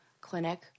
clinic